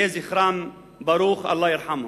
יהיה זכרם ברוך, אללה ירחמם.